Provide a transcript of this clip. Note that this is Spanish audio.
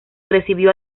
recibió